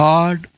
God